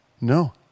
No